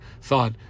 thought